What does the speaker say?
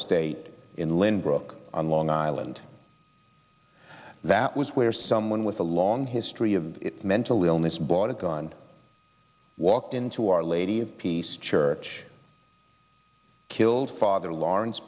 state in lynbrook on long island that was where someone with a long history of mental illness bought a gun walked into our lady of peace church killed father lawrence